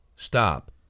Stop